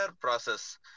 process